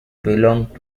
belonged